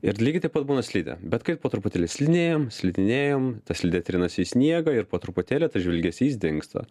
ir lygiai taip pat būna slidė bet kai po truputėlį slidinėjam slidinėjam ta slidė trinasi į sniegą ir po truputėlį tas žvilgesys dingsta